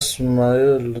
samuel